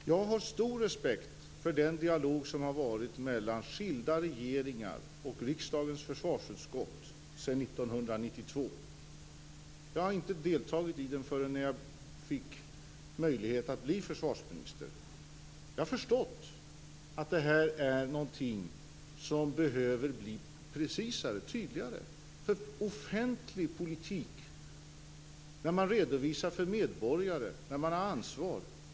Jag har stor respekt för den dialog som har hållits mellan skilda regeringar och riksdagens försvarsutskott sedan 1992. Jag har inte deltagit i den förrän jag fick möjlighet att bli försvarsminister. Jag har förstått att det är någonting som behöver bli precisare och tydligare. Offentlig politik innebär att man har ansvar för redovisningen för medborgarna.